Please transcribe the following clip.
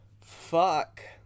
Fuck